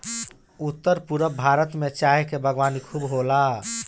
उत्तर पूरब भारत में चाय के बागवानी खूब होला